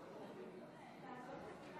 סגלוביץ'.